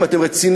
אם אתם רציניים,